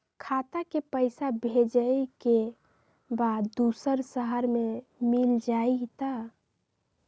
खाता के पईसा भेजेए के बा दुसर शहर में मिल जाए त?